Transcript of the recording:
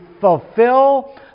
fulfill